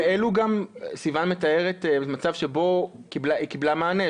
סיון מתארת מצב שבו היא קיבלה מענה.